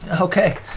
Okay